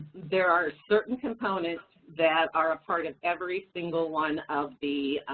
there are certain components that are a part of every single one of the